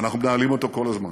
אנחנו מנהלים אותו כל הזמן.